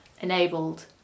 Enabled